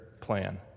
plan